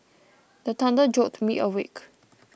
the thunder jolt me awake